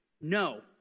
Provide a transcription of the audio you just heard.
No